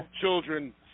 children